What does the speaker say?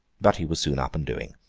but he was soon up and doing.